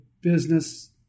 business